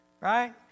Right